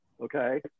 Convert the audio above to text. Okay